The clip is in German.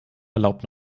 erlaubt